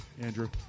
Andrew